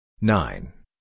nine